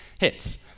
hits